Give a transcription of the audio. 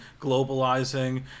globalizing